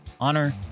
honor